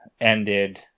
ended